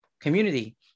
community